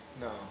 No